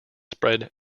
spread